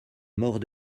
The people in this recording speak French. mort